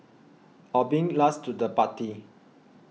or being last to the party